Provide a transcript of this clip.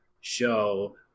show